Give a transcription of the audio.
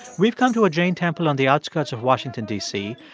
we've come to a jain temple on the outskirts of washington, d c.